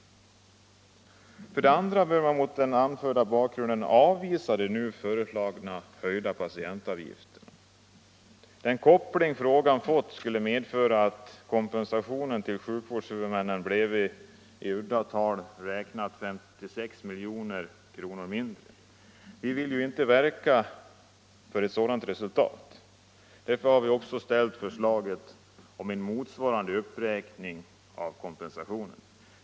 För det andra bör man mot den anförda bakgrunden avvisa de nu föreslagna höjda patientavgifterna. Den koppling frågan fått skulle medföra att kompensationen till sjukvårdshuvudmännen blev i runt tal 56 milj.kr. mindre. Vi vill inte verka för ett sådant resultat. Därför har vi också ställt förslaget om en motsvarande uppräkning av kompensationen.